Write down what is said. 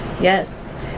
Yes